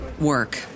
work